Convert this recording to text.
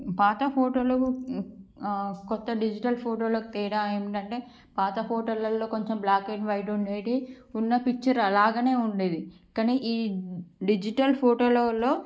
పాత ఫోటోలు కొత్త డిజిటల్ ఫోటోలకి తేడా ఏంటంటే పాత ఫోటోలల్లో కొంచెం బ్లాక్ అండ్ వైట్ ఉండేటివి ఉన్న పిక్చర్ అలాగనే ఉండేది కానీ ఈ డిజిటల్ ఫోటోలలో